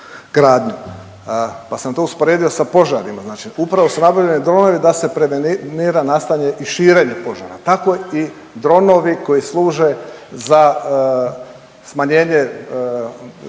gradnju, pa sam to usporedio sa požarima. Znači upravo su nabavljeni dronovi da se prevenira nastajanje i širenje požara, tako i dronovi koji služe za smanjenje